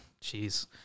Jeez